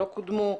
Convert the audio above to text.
לא קודמו,